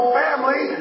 family